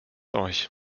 euch